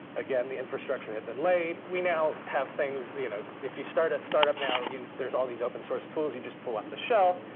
again, the infrastructure had been laid. we now have things you know if you start a startup now, there's all these open source tools you just pull off the shelf.